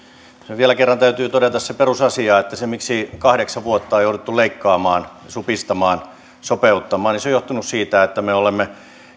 vielä kerran täytyy todeta se perusasia että se miksi kahdeksan vuotta on jouduttu leikkaamaan supistamaan sopeuttamaan on johtunut siitä että me olemme